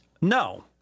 No